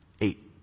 Eight